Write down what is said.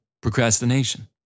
procrastination